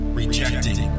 rejecting